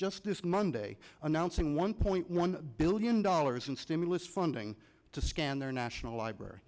this monday announcing one point one billion dollars in stimulus funding to scanned their national library